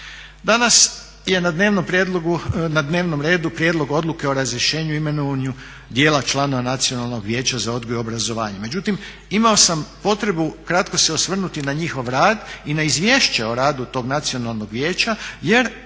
Danas je na dnevnom redu Prijedlog odluke o razrješenju i imenovanju dijela članova Nacionalnog vijeća za odgoj i obrazovanje. Međutim, imao sam potrebu kratko se osvrnuti na njihov rad i na izvješće o radu tog Nacionalnog vijeća jer